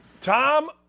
Tom